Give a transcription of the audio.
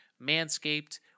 Manscaped